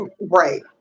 Right